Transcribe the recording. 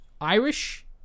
Irish